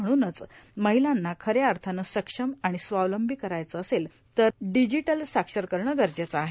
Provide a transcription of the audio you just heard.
म्हणूनच महिलांना खऱ्या अर्थानं सक्षम आणि स्वावलंबी करायचे असेल तर डिजिटल साक्षर करणं गरजेचं आहे